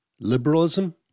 liberalism